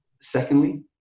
secondly